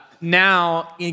now